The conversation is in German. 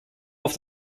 auf